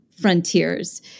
frontiers